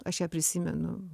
aš ją prisimenu